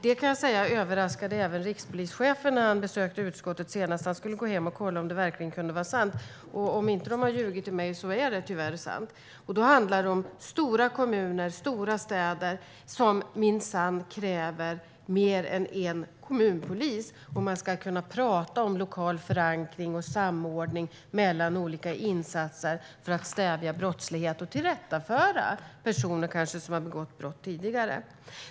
Det överraskade även rikspolischefen när han besökte utskottet senast. Han skulle gå hem och kolla om det verkligen kunde vara sant. Om de inte har ljugit för mig är det tyvärr sant. Då handlar det om stora kommuner, stora städer, som minsann kräver mer än en kommunpolis om man ska kunna prata om lokal förankring och samordning mellan olika insatser för att stävja brottslighet och kanske tillrättavisa personer som har begått brott tidigare.